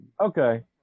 Okay